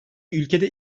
ülkede